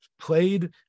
played